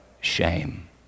shame